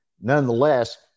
nonetheless